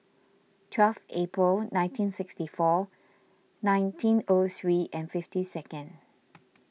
twelve April nineteen sixty four nineteen O three and fifty second